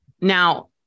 Now